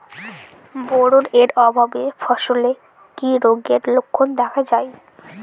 Boron এর অভাবে ফসলে কি রোগের লক্ষণ দেখা যায়?